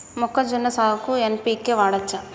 మొక్కజొన్న సాగుకు ఎన్.పి.కే వాడచ్చా?